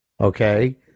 Okay